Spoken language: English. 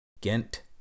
Ghent